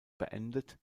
beendet